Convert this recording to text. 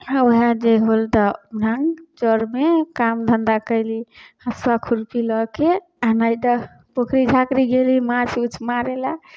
आओर वएह जे होल तऽ धान चाउरमे काम धन्धा कएली हँसुआ खुरपी लऽके आओर नहि तऽ पोखरि झाखरि गेली माछ उछ मारैलए